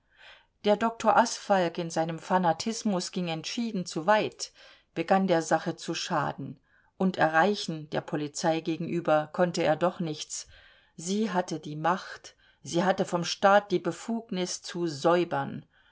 der dr asfalg in seinem fanatismus ging entschieden zu weit begann der sache zu schaden und erreichen der polizei gegenüber konnte er doch nichts sie hatte die macht sie hatte vom staat die befugnis zu säubern